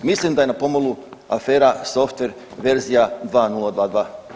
Mislim da je na pomolu afera Softver verzija 2022.